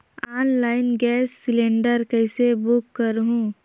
Online gas cylinder कइसे book करहु?